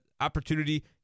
opportunity